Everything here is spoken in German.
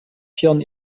tieren